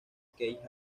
keith